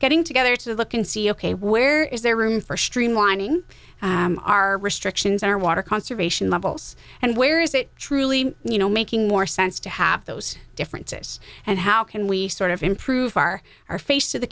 getting together to look and see ok where is there room for streamlining our restrictions our water conservation levels and where is it truly you know making more sense to have those differences and how can we sort of improve our our face of the